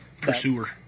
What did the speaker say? Pursuer